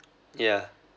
yeah